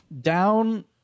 Down